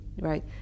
right